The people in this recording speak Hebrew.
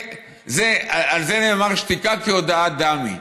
על זה נאמר: שתיקה כהודאה דמיא.